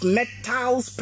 metals